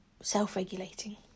self-regulating